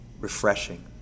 refreshing